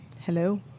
Hello